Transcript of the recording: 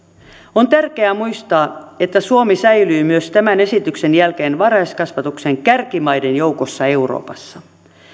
on tärkeää muistaa että suomi säilyy myös tämän esityksen jälkeen varhaiskasvatuksen kärkimaiden joukossa euroopassa